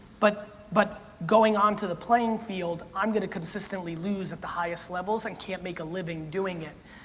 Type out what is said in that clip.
but but going onto the playing field i'm going to consistently lose at the highest levels and can't make a living doing it.